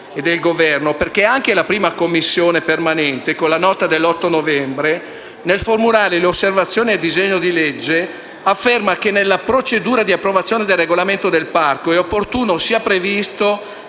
e del Governo perché anche la 1[a] Commissione permanente, con la nota dell’8 novembre, nel formulare le osservazioni al disegno di legge, afferma che nella procedura di approvazione del regolamento del parco è opportuna la previsione